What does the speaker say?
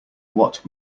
what